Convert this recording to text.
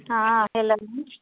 हँ हैलो